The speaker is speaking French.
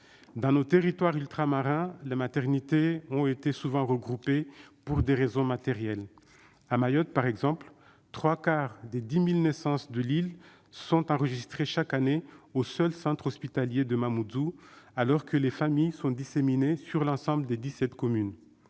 Dans nos territoires ultramarins, les maternités ont souvent été regroupées pour des raisons matérielles. À Mayotte par exemple, trois quarts des 10 000 naissances annuelles sur l'île sont enregistrées au seul centre hospitalier de Mamoudzou, alors que les familles sont disséminées sur l'ensemble des dix-sept communes.